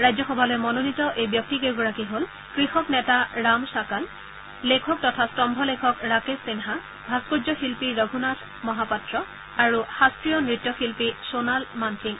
ৰাজ্যসভালৈ মনোনীত কৰা এই ব্যক্তিকেইগৰাকী হ'ল কৃষক নেতা ৰাম শাকাল লেখক তথা স্তম্ভলেখক ৰাকেশ সিন্হা ভাস্কৰ্য শিল্পী ৰঘুনাথ মহাপাত্ৰ আৰু শাস্ত্ৰীয় নৃত্য শিল্পী সোণাল মানসিং